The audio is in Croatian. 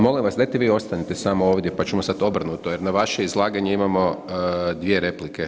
Molim vas dajte mi ostanite samo ovdje, pa ćemo sad obrnuto jer na vaše izlaganje imamo 2 replike.